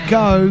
go